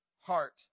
heart